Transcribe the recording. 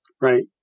Right